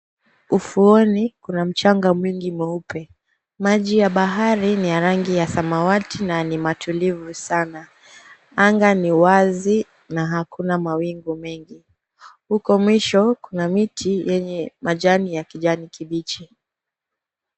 Ufuoni kuna mchanga mwingi mweupe. Maji ya bahari ni ya rangi ya samawati na ni matulivu sana. Anga ni wazi na hakuna mawingu mengi, huko mwisho kuna miti yenye majani ya kijani kibichi.